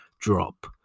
drop